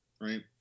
right